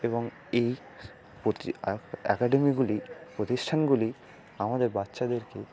এবং এই অ্যাকাডেমিগুলি প্রতিষ্ঠানগুলি আমাদের বাচ্চাদেরকে